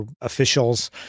officials